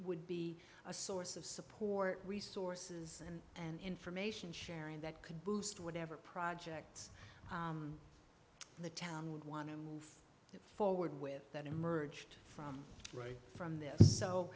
would be a source of support resources and information sharing that could boost whatever projects the town would want to move forward with that emerged from right from there so